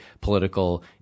political